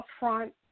upfront